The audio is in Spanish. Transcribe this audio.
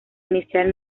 inicial